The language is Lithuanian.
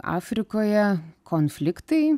afrikoje konfliktai